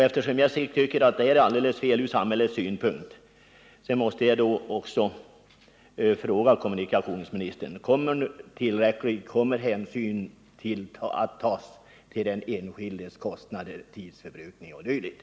Eftersom jag också tycker att det från samhällets synpunkt vore fel att minska antalet uppkörningsställen, måste jag fråga kommunikationsministern: Kommer tillräcklig hänsyn att tas till den enskildes kostnader, tidsförbrukning 0. d.?